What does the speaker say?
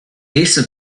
asa